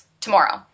tomorrow